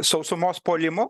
sausumos puolimo